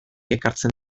ekartzen